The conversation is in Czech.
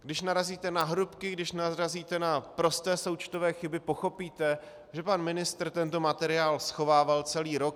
Když narazíte na hrubky, když narazíte na prosté součtové chyby, pochopíte, že pan ministr tento materiál schovával celý rok.